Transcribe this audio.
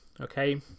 okay